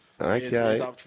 Okay